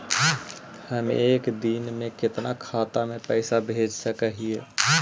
हम एक दिन में कितना खाता में पैसा भेज सक हिय?